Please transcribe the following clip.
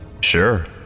Sure